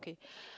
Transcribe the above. okay